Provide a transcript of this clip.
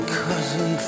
cousin